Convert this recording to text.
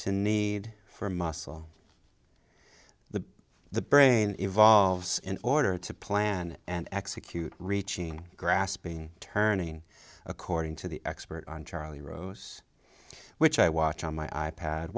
to need for muscle the the brain evolves in order to plan and execute reaching grasping turning according to the expert on charlie rose which i watch on my i pad